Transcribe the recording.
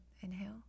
Inhale